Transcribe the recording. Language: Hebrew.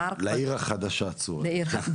לעיר החדשה צור הדסה.